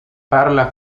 parla